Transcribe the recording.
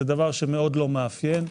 זה דבר מאוד לא מאפיין.